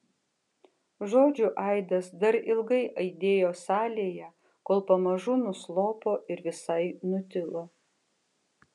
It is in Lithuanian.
žodžių aidas dar ilgai aidėjo salėje kol pamažu nuslopo ir visai nutilo